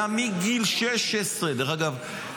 היה מגיל 16, דרך אגב,